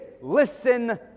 listen